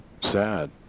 Sad